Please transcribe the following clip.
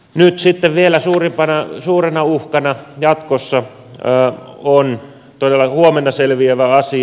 nyt sitten vielä suurena uhkana jatkossa on todella huomenna selviävä asia